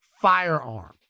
firearm